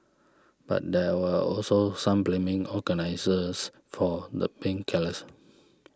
but there were also some blaming organisers for the being careless